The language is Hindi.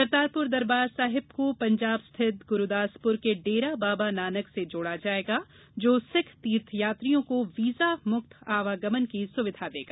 करतारपुर दरबार साहेब को पंजाब स्थित गुरूदासपुर के डेरा बाबा नानक से जोड़ा जायेगा जो सिख तीर्थयात्रियों को वीजा मुक्त आवागमन की सुविधा देगा